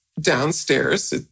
downstairs